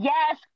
Yes